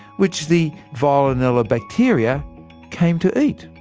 which the veillonella bacteria came to eat.